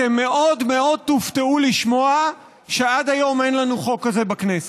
אתם מאוד מאוד תופתעו לשמוע שעד היום אין לנו חוק כזה בכנסת,